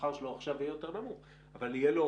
השכר שלו עכשיו יהיה יותר נמוך אבל יהיה לו